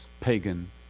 pagan